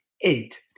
eight